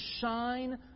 shine